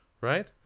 right